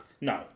No